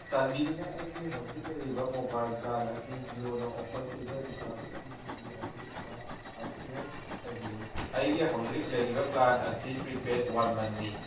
ꯆꯥꯟꯕꯤꯗꯨꯅ ꯑꯩꯒꯤ ꯍꯧꯖꯤꯛ ꯂꯩꯔꯤꯕ ꯃꯣꯕꯥꯏꯜ ꯄ꯭ꯂꯥꯟ ꯑꯁꯤ ꯖꯤꯌꯣꯅ ꯑꯣꯐꯔ ꯄꯤꯕ ꯔꯤꯆꯥꯔꯖ ꯊ꯭ꯔꯤ ꯖꯤ ꯕꯤ ꯑꯗꯨꯗ ꯑꯞꯒ꯭ꯔꯦꯠ ꯇꯧꯕꯤꯌꯨ ꯍꯧꯖꯤꯛ ꯂꯩꯔꯤꯕ ꯄ꯭ꯂꯥꯟ ꯑꯁꯤ ꯄ꯭ꯔꯤꯄꯦꯠ ꯋꯥꯟ ꯃꯟꯅꯤ